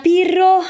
Pirro